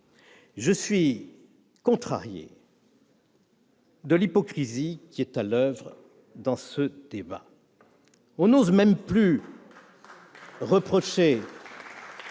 Je suis contrarié par l'hypocrisie qui est à l'oeuvre dans ce débat. On n'ose même plus reprocher